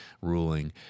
ruling